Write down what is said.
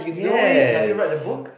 yes